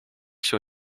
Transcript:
się